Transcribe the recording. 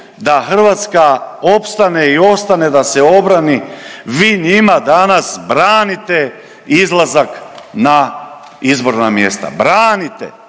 da Hrvatska opstane i ostane da se obrani vi njima danas branite izlazak na izborna mjesta, branite.